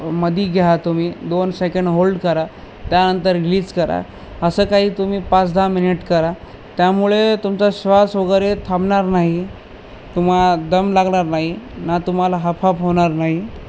मध्ये घ्या तुम्ही दोन सेकंड होल्ड करा त्यानंतर रिलीज करा असं काही तुम्ही पाच दहा मिनिट करा त्यामुळे तुमचा श्वास वगैरे थांबणार नाही तुम्हाला दम लागणार नाही ना तुम्हाला हफ हाफ होणार नाही